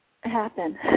happen